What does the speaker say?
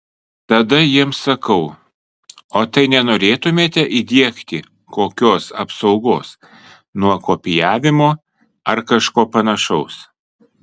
tada jiems sakau o tai nenorėtumėte įdiegti kokios apsaugos nuo kopijavimo ar kažko panašaus